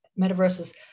metaverses